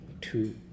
two